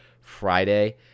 Friday